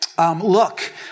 Look